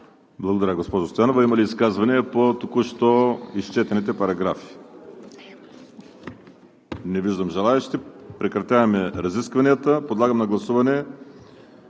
Благодаря, госпожо Стоянова. Има ли изказвания по току-що изчетените параграфи? Не виждам желаещи. Прекратявам разискванията. Подлагам на гласуване